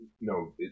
no